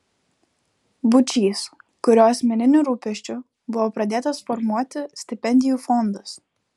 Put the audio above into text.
būčys kurio asmeniniu rūpesčiu buvo pradėtas formuoti stipendijų fondas